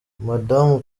madamu